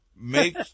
make